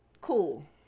cool